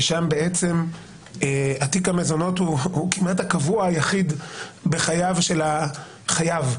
ששם תיק המזונות הוא כמעט הקבוע היחיד בחייו של החייב,